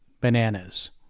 bananas